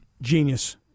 Genius